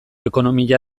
ekonomia